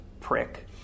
prick